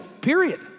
period